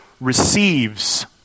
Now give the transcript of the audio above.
receives